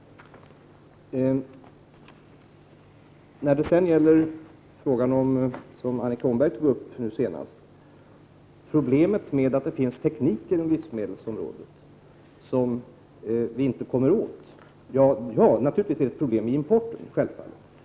Annika Åhnberg tog upp problemet med att det finns tekniker inom livsmedelsområdet som vi inte kommer åt. Naturligtvis är det ett problem vid importen.